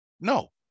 No